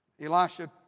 Elisha